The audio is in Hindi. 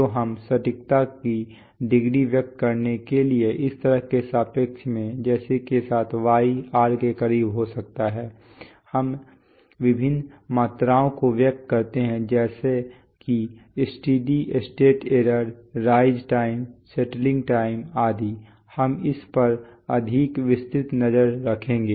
तो हम सटीकता की डिग्री व्यक्त करने के लिए इस तरह के सापेक्ष में जिसके साथ y r के करीब हो सकता है हम विभिन्न मात्राओं को व्यक्त करते हैं जैसे कि steady state error rise time settling time आदि हम इस पर अधिक विस्तृत नजर रखेंगे